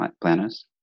planners